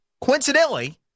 coincidentally